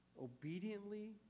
obediently